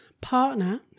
partner